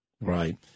Right